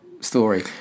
story